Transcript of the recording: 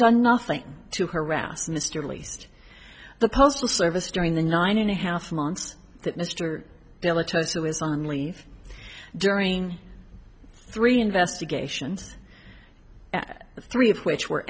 done nothing to harass mr least the postal service during the nine and a half months that mr della total was on leave during three investigations three of which were